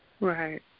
Right